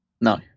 No